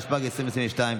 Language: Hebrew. התשפ"ג 2022,